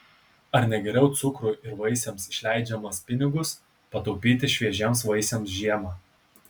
ar ne geriau cukrui ir vaisiams išleidžiamas pinigus pataupyti šviežiems vaisiams žiemą